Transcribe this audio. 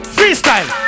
Freestyle